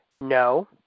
No